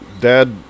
Dad